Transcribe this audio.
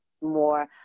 more